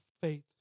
Faith